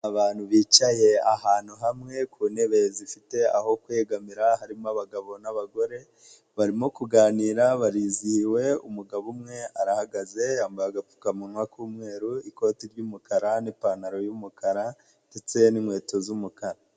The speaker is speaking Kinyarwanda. Abantu bicaye ahantu hamwe ku ntebe zifite aho kwegamira harimo abagabo n'abagore, barimo kuganira barizihiwe umugabo umwe arahagaze yambaye agapfukamunwa k'umweru, ikoti ry'umukara n'ipantaro y'umukara ndetse n'inkweto z'umukara.